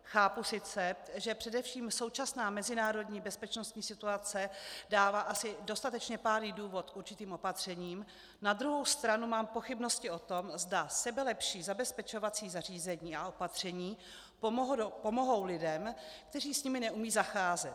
Chápu sice, že především současná mezinárodní bezpečnostní situace dává asi dostatečně pádný důvod k určitým opatřením, na druhou stranu mám pochybnosti o tom, zda sebelepší zabezpečovací zařízení a opatření pomohou lidem, kteří s nimi neumějí zacházet.